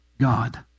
God